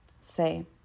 Say